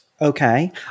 Okay